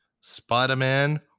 Spider-Man